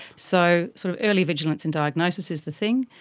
so sort of early vigilance and diagnosis is the thing,